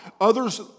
others